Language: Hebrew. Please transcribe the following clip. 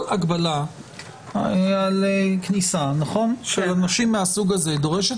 כל הגבלה על כניסה של אנשים מהסוג הזה דורשת